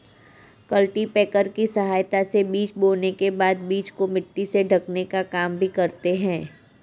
cultipacker की सहायता से बीज बोने के बाद बीज को मिट्टी से ढकने का काम भी करते है